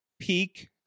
peak